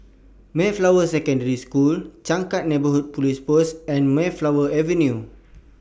Mayflower Secondary School Changkat Neighbourhood Police Post and Mayflower Avenue